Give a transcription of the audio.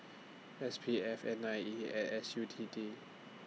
S P F N I E and S U T D